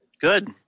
good